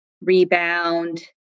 rebound